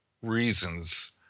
reasons